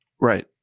Right